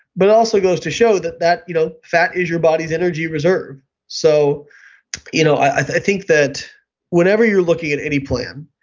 but it also goes to show that that you know fat is your body's energy reserve so you know i think that whenever you're looking at any plan,